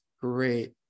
great